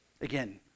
Again